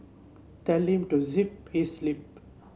tell him to zip his lip